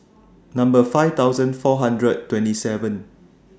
Number five thousand four hundred and twenty seven